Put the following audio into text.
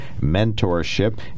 mentorship